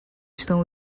estão